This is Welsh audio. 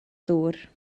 ddŵr